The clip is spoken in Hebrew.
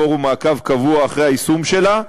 פורום מעקב קבוע אחרי היישום שלה,